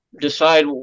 decide